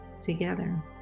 together